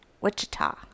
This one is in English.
Wichita